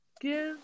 give